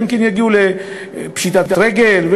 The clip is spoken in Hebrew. אלא אם כן יגיעו לפשיטת רגל,